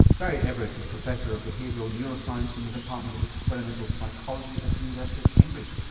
barry everitt is professor of behavioural neuroscience in the department of experimental psychology at the university of cambridge.